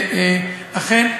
אכן,